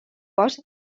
cos